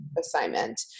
assignment